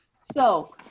so,